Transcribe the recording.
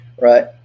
right